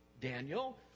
Daniel